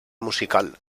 musical